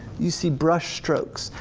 you see brush strokes,